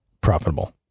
profitable